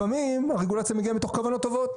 לפעמים הרגולציה מגיעה מתוך כוונות טובות